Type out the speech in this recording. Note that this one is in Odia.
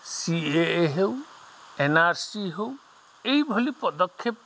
ସି ଏ ଏ ହେଉ ଏନ୍ ଆର୍ ସି ହେଉ ଏଇଭଳି ପଦକ୍ଷେପ